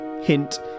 hint